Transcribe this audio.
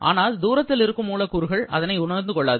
ஆனால் தூரத்தில் இருக்கும் மூலக்கூறுகள் அதனை உணர்ந்து கொள்ளாது